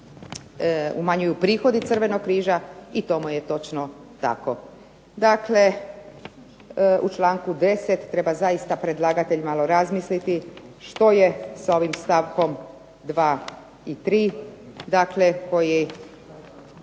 umanjuju prihodi Crvenog križa i tomu je točno tako. Dakle, u članku 10. treba zaista predlagatelj malo razmisliti što je s ovim stavkom 2. i 3.,